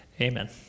amen